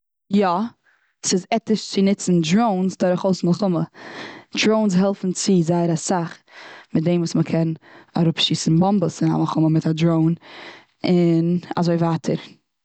יא, ס'איז עטיש צו ניצן דראונס דורכאויס מלחמה. דראונס העלפן צו זייער אסאך מיט דעם וואס מ'קען אראפ שיסן באמבעס און א מלחמה מיט א דראון. און אזוי ווייטער.